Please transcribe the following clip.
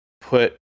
put